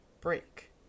break